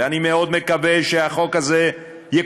ואני מקווה מאוד שהחוק הזה יקודם,